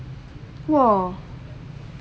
!whoa!